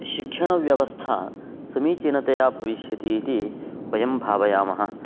शिक्षणव्यवस्था समीचीनतया भविष्यति इति वयं भावयामः